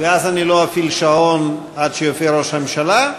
ואז אני לא אפעיל שעון עד שיופיע ראש הממשלה,